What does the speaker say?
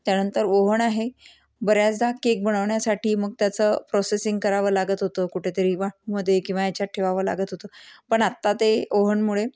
त्यानंतर ओव्हण आहे बऱ्याचदा केक बनवण्यासाठी मग त्याचं प्रोसेसिंग करावं लागत होतं कुठेतरी यामध्ये किंवा याच्यात ठेवावं लागत होतं पण आत्ता ते ओव्हनमुळे